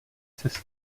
cestě